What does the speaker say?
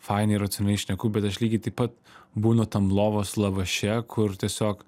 fainai racionaliai šneku bet aš lygiai taip pat būnu tam lovos lavaše kur tiesiog